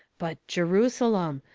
but jerusalem!